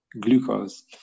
glucose